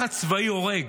לחץ צבאי הורג.